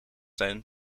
zijn